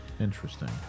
Interesting